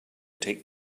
take